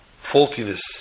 faultiness